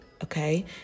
Okay